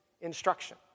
instruction